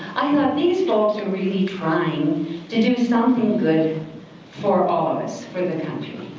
i thought, these folks are really trying to do something good for all of us, for the country.